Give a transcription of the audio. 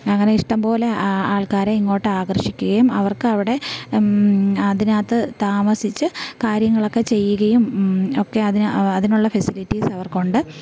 അങ്ങനെ ഇഷ്ടം പോലെ ആൾക്കാരെ ഇങ്ങോട്ട് ആകർഷിക്കുകയും അവർക്ക് അവിടെ അതിനകത്ത് താമസിച്ച് കാര്യങ്ങളൊക്കെ ചെയ്യുകയും ഒക്കെ അതിന് അതിനുള്ള ഫെസിലിറ്റീസ് അവർക്കുണ്ട്